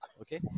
Okay